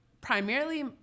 primarily